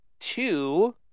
two